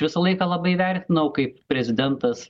visą laiką labai vertinau kaip prezidentas